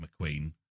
McQueen